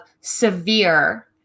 severe